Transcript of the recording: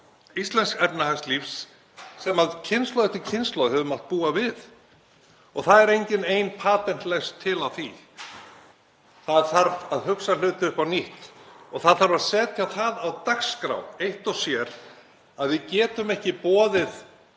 íslensks efnahagslífs sem kynslóð eftir kynslóð hefur mátt búa við. Það er engin ein patentlausn til á því. Það þarf að hugsa hluti upp á nýtt. Það þarf að setja það á dagskrá eitt og sér að við getum ekki boðið